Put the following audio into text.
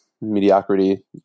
mediocrity